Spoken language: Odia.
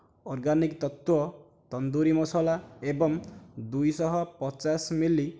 ଅର୍ଗାନିକ୍ ତତ୍ତ୍ଵ ତନ୍ଦୁରି ମସଲା ଏବଂ ଦୁଇ ଶହ ପଚାଶ ମିଲି